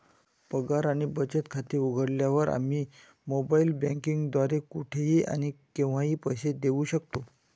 पगार आणि बचत खाते उघडल्यावर, आम्ही मोबाइल बँकिंग द्वारे कुठेही आणि केव्हाही पैसे देऊ शकतो